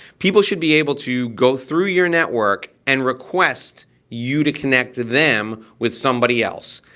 people should be able to go through your network and request you to connect to them with somebody else.